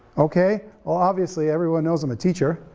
okay, well obviously everyone knows i'm a teacher,